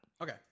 Okay